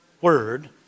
word